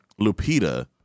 Lupita